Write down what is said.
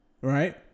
Right